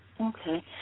Okay